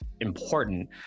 important